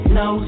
no